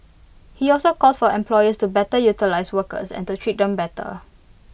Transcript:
he also called for employees to better utilise workers and to treat them better